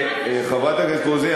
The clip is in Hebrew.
חברת הכנסת רוזין,